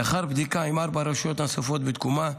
לאחר בדיקה עם ארבע הרשויות הנוספות בתקומה,